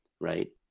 right